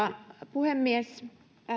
puhemies